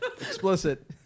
Explicit